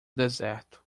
deserto